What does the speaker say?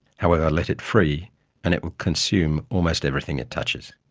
however let it free and it will consume almost everything it touches.